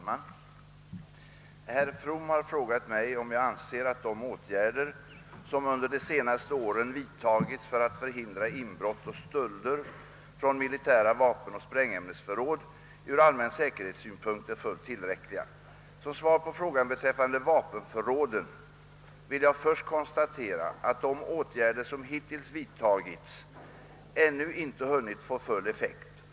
Herr talman! Herr From har frågat mig om jag anser att de åtgärder, som under de senaste åren vidtagits för att förhindra inbrott och stölder från militära vapenoch sprängämnesförråd, från allmän säkerhetssynpunkt är fullt tillräckliga. Som svar på frågan beträffande vapenförråden vill jag först konstatera att de åtgärder som hittills vidtagits ännu inte hunnit få full effekt.